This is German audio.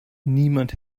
niemand